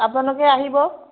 আপোনালোকে আহিব